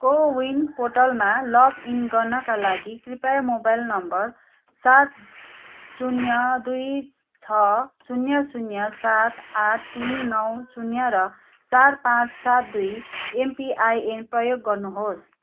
को विन पोर्टलमा लगइन गर्नाका लागि कृपया मोबाइल नम्बर सात शून्य दुई छ शून्य शून्य सात आठ तिन नौ शून्य र चार पाँच सात दुई एमपिआइएन प्रयोग गर्नुहोस्